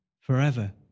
forever